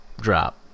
drop